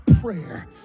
prayer